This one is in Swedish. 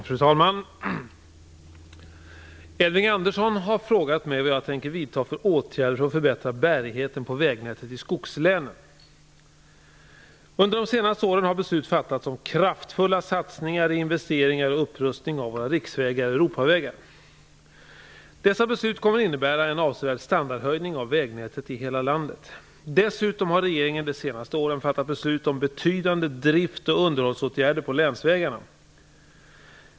Fru talman! Elving Andersson har frågat mig vad jag tänker vidta för åtgärder för att förbättra bärigheten på vägnätet i skogslänen. Under de senaste åren har beslut fattats om kraftfulla satsningar i investeringar och upprustning av våra riksvägar och europavägar. Dessa beslut kommer att innebära en avsevärd standardhöjning av vägnätet i hela landet. Dessutom har regeringen de senaste åren fattat beslut om betydande drift och underhållsåtgärder på länsvägarna.